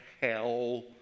hell